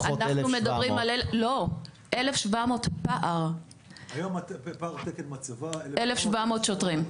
אנחנו מדברים על 1,700 פער, 1,700 שוטרים.